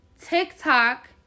TikTok